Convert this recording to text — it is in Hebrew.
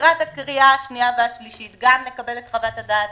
לקראת הקריאה השנייה והשלישית גם נקבל את חוות הדעת,